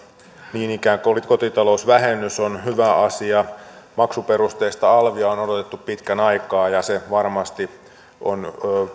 niin ikään kotitalousvähennys on hyvä asia maksuperusteista alvia on odotettu pitkän aikaa ja se varmasti on